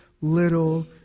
little